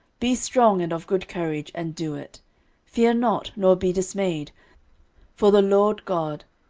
be strong and of good courage, and do it fear not, nor be dismayed for the lord god,